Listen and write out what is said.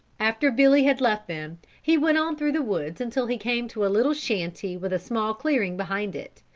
after billy had left them he went on through the woods until he came to a little shanty with a small clearing behind it,